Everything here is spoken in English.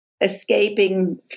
escaping